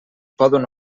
poden